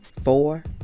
four